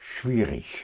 schwierig